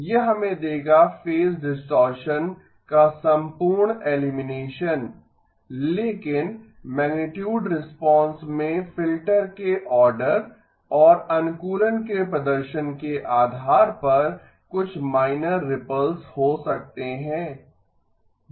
ये हमें देगा फेज डिस्टॉरशन का संपूर्ण एलिमिनेशन लेकिन मैगनीटुड रिस्पांस में फिल्टर के आर्डर और अनुकूलन के प्रदर्शन के आधार पर कुछ माइनर रिपल्स हो सकते हैं